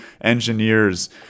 engineers